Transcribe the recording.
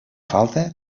falta